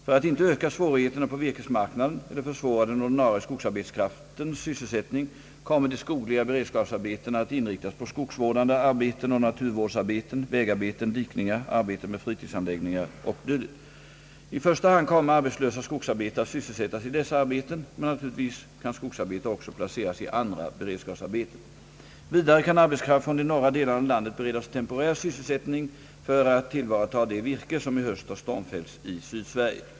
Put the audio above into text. För att inte öka svårigheterna på virkesmarknaden eller försvåra den ordinarie skogsarbetskraftens sysselsättning kommer de skogliga beredskapsarbetena att inriktas på skogsvårdande arbeten och naturvårdsarbeten, vägarbeten, dikningar, arbeten med fritidsanläggningar o. d. I första hand kommer arbetslösa skogsarbetare att sysselsättas i dessa arbeten, men naturligtvis kan skogsarbetare också placeras i andra beredskapsarbeten. Vidare kan arbetskraft från de norra delarna av landet beredas temporär sysselsättning för att tillvarata det virke, som i höst har stormfällts i Sydsverige.